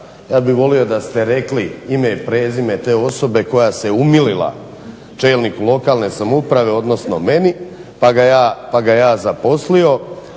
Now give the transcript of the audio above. ja bih volio da ste rekli ime i prezime te osobe koja se umilila čelniku lokalne samouprave odnosno meni pa ga ja zaposlio.